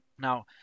now